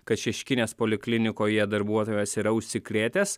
kad šeškinės poliklinikoje darbuotojas yra užsikrėtęs